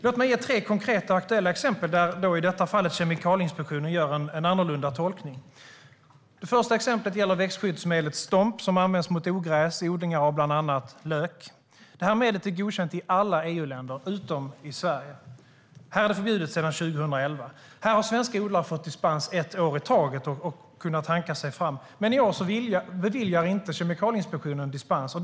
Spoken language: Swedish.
Låt mig ge tre konkreta aktuella exempel där i detta fall Kemikalieinspektionen gör en annorlunda tolkning. Det första exemplet gäller växtskyddsmedlet Stomp, som används mot ogräs i odlingar av bland annat lök. Detta medel är godkänt i alla EU-länder utom i Sverige. Här är det förbjudet sedan 2011. Svenska odlare har fått dispens ett år i taget och kunnat hanka sig fram. Men i år beviljar Kemikalieinspektionen inte dispens.